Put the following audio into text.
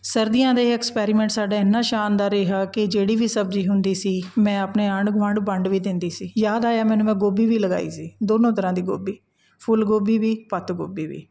ਸਰਦੀਆਂ ਦਾ ਇਹ ਐਕਸਪੈਰੀਮੈਂਟ ਸਾਡਾ ਇੰਨਾਂ ਸ਼ਾਨਦਾਰ ਰਿਹਾ ਕਿ ਜਿਹੜੀ ਵੀ ਸਬਜ਼ੀ ਹੁੰਦੀ ਸੀ ਮੈਂ ਆਪਣੇ ਆਂਢ ਗੁਆਂਢ ਵੰਡ ਵੀ ਦਿੰਦੀ ਸੀ ਯਾਦ ਆਇਆ ਮੈਨੂੰ ਮੈਂ ਗੋਭੀ ਵੀ ਲਗਾਈ ਸੀ ਦੋਨੋਂ ਤਰ੍ਹਾਂ ਦੀ ਗੋਭੀ ਫੁੱਲ ਗੋਭੀ ਵੀ ਪੱਤ ਗੋਭੀ ਵੀ